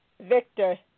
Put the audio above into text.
Victor